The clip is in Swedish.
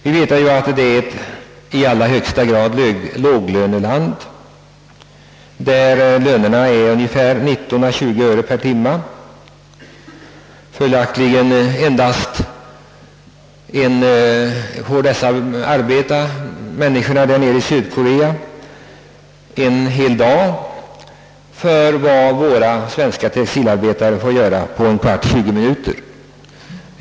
Vi vet att Korea är ett låglöneland i allra högsta grad med löner på 19—20 öre per timme. Följaktligen får människorna i Sydkorea arbeta en hel dag för en summa som svenska textilarbetare får på 15—20 minuter.